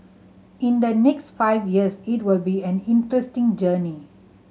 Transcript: in the next five years it will be an interesting journey